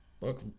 Look